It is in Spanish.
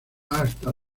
hasta